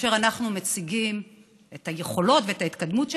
כאשר אנחנו מציגים את היכולות ואת ההתקדמות שלנו,